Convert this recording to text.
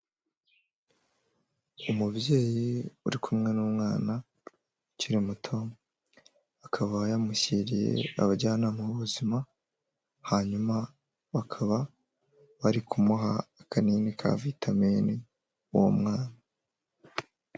Umubyeyi uri kumwe n'umwana ukiri muto akaba yamushyiriye abajyanama b'ubuzima, hanyuma bakaba bari kumuha akanini ka vitamine uwo mwana.